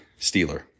Steeler